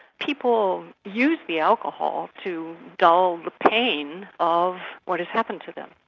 people use the alcohol to dull the pain of what has happened to them.